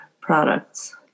products